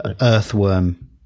earthworm